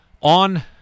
on